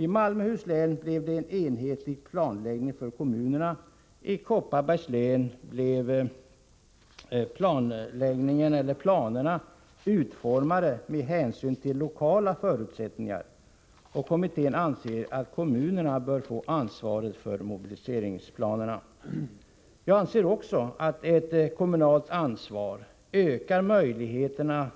I Malmöhus län blev det en enhetlig planläggning för kommunerna, och i Kopparbergs län blev planerna utformade med hänsyn till lokala förutsättningar. Kommittén anser att kommunerna bör få ansvaret för mobiliseringsplanerna. Jag anser också att ett kommunalt ansvar ökar möjligheterna